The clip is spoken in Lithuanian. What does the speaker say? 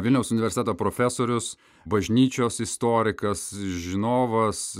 vilniaus universiteto profesorius bažnyčios istorikas žinovas